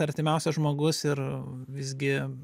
artimiausias žmogus ir visgi